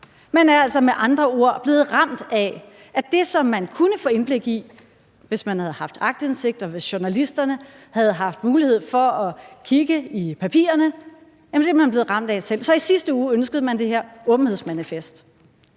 Man er altså med andre ord blevet ramt af, at der er noget, som man kun ville kunne få indblik i, hvis man havde haft aktindsigt, og hvis journalisterne havde haft mulighed for at kigge i papirerne. Det er man blevet ramt af selv. I sidste uge ønskede man altså det her åbenhedsmanifest.